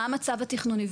מה המצב התכנוני,